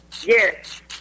Yes